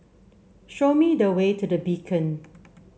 show me the way to The Beacon